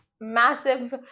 massive